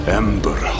ember